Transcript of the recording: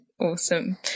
Awesome